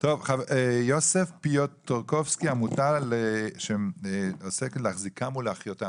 טוב, יוסף פיוטרקובסקי, עמותת "להחזיקם ולהחיותם".